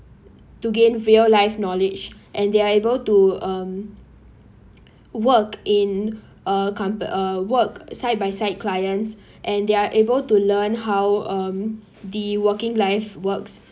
to gain real life knowledge and they're able to um work in uh com~ uh work side by side clients and they're able to learn how um the working life works